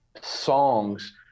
songs